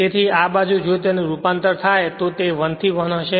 તેથી આ બાજુ જો તેનું રૂપાંતર થાય છે તો તે 1 થી 1 હશે